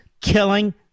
killing